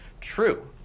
true